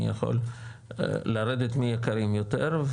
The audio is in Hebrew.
אני יכול לרדת מיקרים יותר.